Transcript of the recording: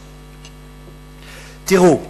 תראו,